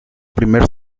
primer